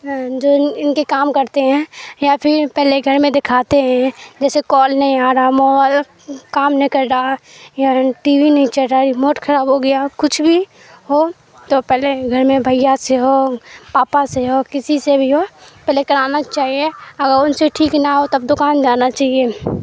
جو ان ان کے کام کرتے ہیں یا پھر پہلے گھر میں دکھاتے ہیں جیسے کال نہیں آ رہا موبائل کام نہیں کر رہا یا ٹی وی نہیں چل رہا ریموٹ خراب ہو گیا کچھ بھی ہو تو پہلے گھر میں بھیا سے ہو پاپا سے ہو کسی سے بھی ہو پہلے کرانا چاہیے اگر ان سے ٹھیک نہ ہو تب دکان جانا چاہیے